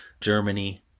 Germany